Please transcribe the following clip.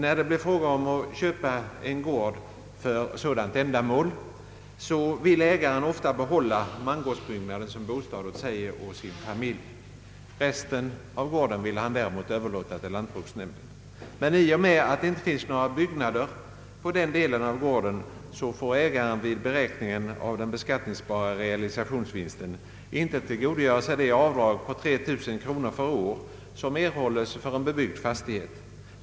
När det blir fråga om att inköpa en gård för sådant ändamål vill ägaren ofta behålla mangårdsbyggnaden som bostad för sig och sin familj. Resten av gården vill han däremot överlåta till lantbruksnämnden. Men i och med att det inte finns några byggnader på den delen av gården får ägaren vid beräkningen av den beskattningsbara realisationsvinsten inte tillgodogöra sig det avdrag på 3 000 kronor per år som erhålles för bebyggd fastighet.